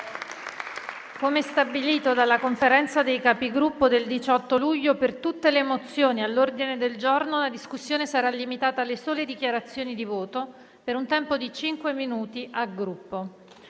come stabilito dalla Conferenza dei Capigruppo del 18 luglio, per tutte le mozioni all'ordine del giorno la discussione sarà limitata alle sole dichiarazioni di voto, per un tempo di cinque minuti a Gruppo.